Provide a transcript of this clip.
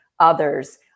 others